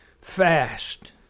Fast